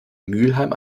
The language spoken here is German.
mülheim